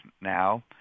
now